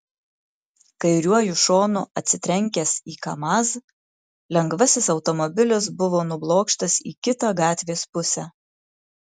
kairiuoju šonu atsitrenkęs į kamaz lengvasis automobilis buvo nublokštas į kitą gatvės pusę